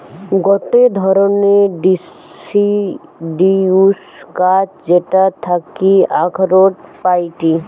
গটে ধরণের ডিসিডিউস গাছ যেটার থাকি আখরোট পাইটি